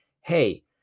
hey